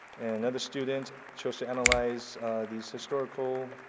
and another student chose to analyze these historical